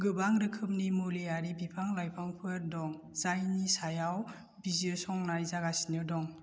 गोबां रोखोमनि मुलिआरि बिफां लाइफांफोर दं जायनि सायाव बिजिरसंनाय जागासिनो दं